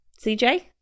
CJ